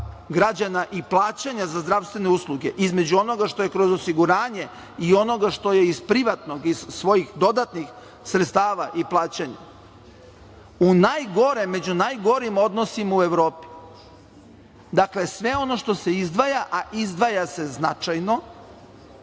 građana i plaćanja za zdravstvene usluge između onoga što je kroz osiguranje i onoga što je iz privatnog iz svojih dodatnih sredstava i plaćanja među najgorim odnosima u Evropi. Sve ono što se izdvaja, a izdvaja se značajno